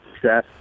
success